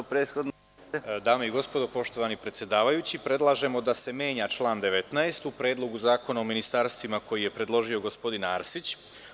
Dame i gospodo, poštovani predsedavajući, predlažemo da se menja član 19. u Predlogu zakona o ministarstvima koji je predložio gospodin Arsić.